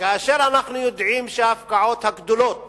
כאשר אנחנו יודעים שההפקעות הגדולות